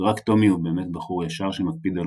ורק טומי הוא באמת בחור ישר שמקפיד על